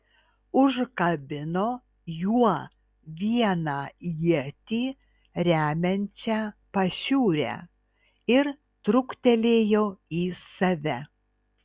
užkabino juo vieną ietį remiančią pašiūrę ir truktelėjo į save